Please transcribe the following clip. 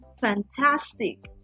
fantastic